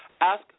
ask